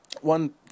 one